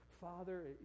Father